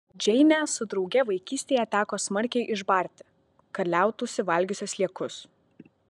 džeinę su drauge vaikystėje teko smarkiai išbarti kad liautųsi valgiusios sliekus